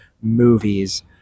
Movies